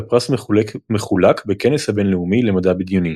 והפרס מחולק בכנס הבינלאומי למדע בדיוני.